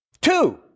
Two